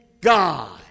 God